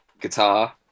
guitar